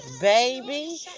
baby